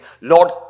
Lord